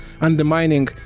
undermining